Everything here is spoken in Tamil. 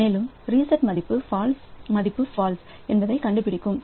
மேலும் ரீசெட்செட் மதிப்பு ஃபால்ஸ் என்பதைக் கண்டுபிடிக்கும்